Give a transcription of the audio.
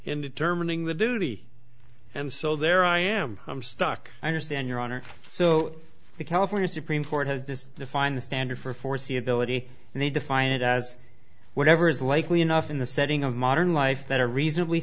in determining the duty and so there i am i'm stuck i understand your honor so the california supreme court has this defined standard for foreseeability and they define it as whatever is likely enough in the setting of modern life that a reasonably